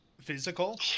physical